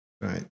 Right